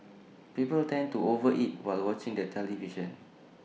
people tend to over eat while watching the television